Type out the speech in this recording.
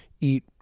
eat